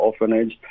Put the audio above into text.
orphanage